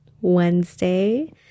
Wednesday